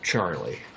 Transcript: Charlie